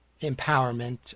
empowerment